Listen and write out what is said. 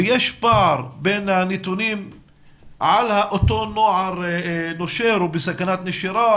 ויש פער בין הנתונים על אותו נוער נושר או בסכנת נשירה,